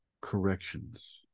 Corrections